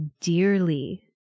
dearly